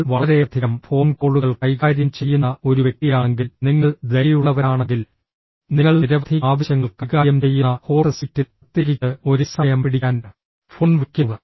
നിങ്ങൾ വളരെയധികം ഫോൺ കോളുകൾ കൈകാര്യം ചെയ്യുന്ന ഒരു വ്യക്തിയാണെങ്കിൽ നിങ്ങൾ ദയയുള്ളവരാണെങ്കിൽ നിങ്ങൾ നിരവധി ആവശ്യങ്ങൾ കൈകാര്യം ചെയ്യുന്ന ഹോട്ട് സീറ്റിൽ പ്രത്യേകിച്ച് ഒരേസമയം പിടിക്കാൻ ഫോൺ വിളിക്കുന്നു